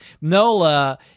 Nola